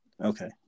Okay